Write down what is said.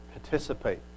participate